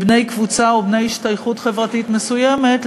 בני קבוצה או בני השתייכות חברתית מסוימת,